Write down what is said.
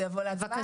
זה יבוא להצבעה.